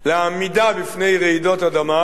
לעמידה בפני רעידות אדמה,